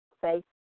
faith